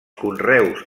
conreus